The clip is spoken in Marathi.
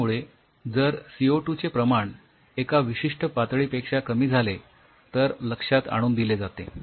ज्यामुळे जर सी ओ टू चे प्रमाण एका विशिष्ठ पातळीपेक्षा कमी झाले तर लक्षात आणून दिले जाते